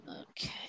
Okay